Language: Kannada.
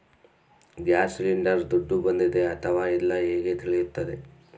ಗ್ಯಾಸ್ ಸಿಲಿಂಡರ್ ದುಡ್ಡು ಬಂದಿದೆ ಅಥವಾ ಇಲ್ಲ ಹೇಗೆ ತಿಳಿಯುತ್ತದೆ?